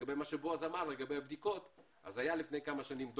לגבי מה שבועז אמר על בדיקות לפני כמה שנים היה